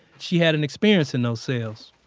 she had an experience in those cells.